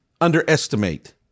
underestimate